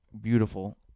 beautiful